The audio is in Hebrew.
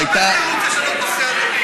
לא, אל, תתמודד עם העניין.